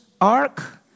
Ark